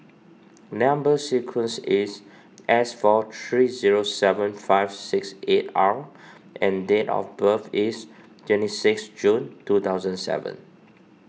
Number Sequence is S four three zero seven five six eight R and date of birth is twenty six June two thousand seven